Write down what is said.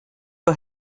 war